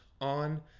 on